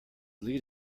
lead